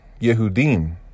Yehudim